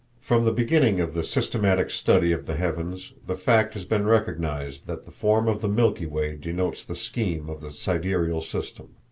from the beginning of the systematic study of the heavens, the fact has been recognized that the form of the milky way denotes the scheme of the sidereal system.